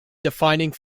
defining